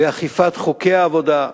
באכיפת חוקי העבודה,